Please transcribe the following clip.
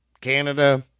Canada